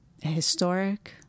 historic